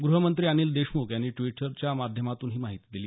ग्रहमंत्री अनिल देशमुख यांनी ड्विटरच्या माध्यमातून ही माहिती दिली